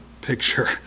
picture